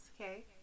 Okay